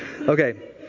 Okay